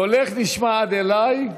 קולך נשמע עד אלי.